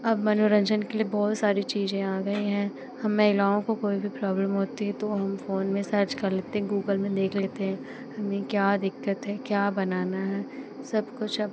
अब मनोरंजन के लिए बहुत सारी चीज़ें आ गई हैं हम महिलाओं को कोई भी प्रॉब्लम होती है तो हम फ़ोन में सर्च कर लेते हैं गूगल में देख लेते हैं हमें क्या दिक़्क़त है क्या बनाना है सब कुछ अब